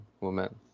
woman